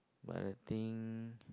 but I think